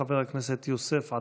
חבר הכנסת יוסף עטאונה.